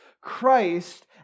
Christ